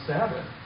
Sabbath